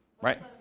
right